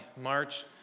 March